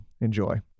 enjoy